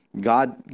God